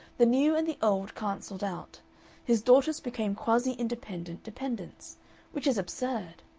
the new and the old cancelled out his daughters became quasi-independent dependents which is absurd.